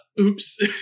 oops